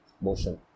motion